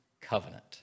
covenant